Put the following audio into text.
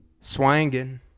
swangin